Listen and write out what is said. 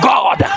God